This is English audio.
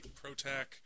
ProTac